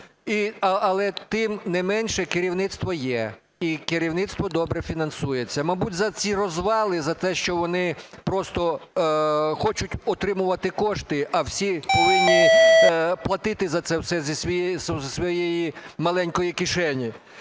Але тим не менше, керівництво є і керівництво добре фінансується. Мабуть, за ці розвали, за те, що вони просто хочуть отримувати кошти, а всі повинні платити за це все зі своєї маленької кишені.